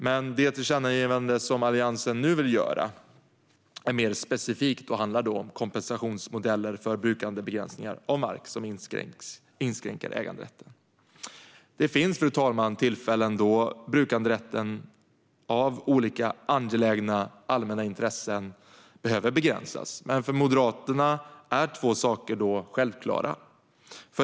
Men det tillkännagivande som Alliansen nu vill göra är mer specifikt och handlar om kompensationsmodeller för brukandebegränsningar av mark som inskränker äganderätten. Fru talman! Det finns tillfällen då brukanderätten på grund av olika angelägna allmänna intressen behöver begränsas, men för Moderaterna är två saker då självklara.